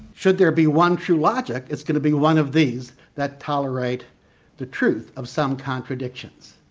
should there be one true logic, it's going to be one of these that tolerate the truth of some contradictions.